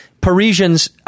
parisians